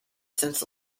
since